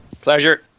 pleasure